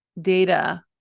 data